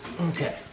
Okay